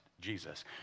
Jesus